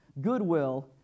goodwill